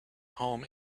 home